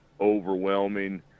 overwhelming